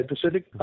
Pacific